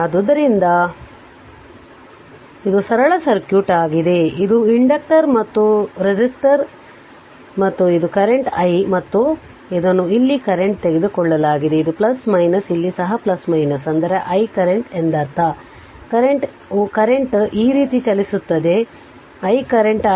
ಆದ್ದರಿಂದ ಇದು ಸರಳ ಸರ್ಕ್ಯೂಟ್ ಆಗಿದೆ ಇದು ಇಂಡಕ್ಟರ್ ಮತ್ತು ಇದು ರೆಸಿಸ್ಟರ್ ಮತ್ತು ಇದು ಕರೆಂಟ್ i ಮತ್ತು ಇದನ್ನು ಇಲ್ಲಿ ಕರೆಂಟ್ ತೆಗೆದುಕೊಳ್ಳಲಾಗಿದೆ ಇದು ಇಲ್ಲಿ ಸಹ ಇದು ಅಂದರೆ i ಕರೆಂಟ್ ಎಂದರ್ಥ ಕರೆಂಟ್ವು ಈ ರೀತಿ ಚಲಿಸುತ್ತಿದೆ i ಕರೆಂಟ್